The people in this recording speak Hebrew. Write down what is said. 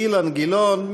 אילן גילאון,